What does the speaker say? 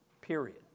Period